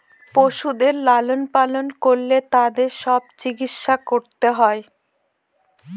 পশুদের লালন পালন করলে তাদের সব চিকিৎসা করতে হয়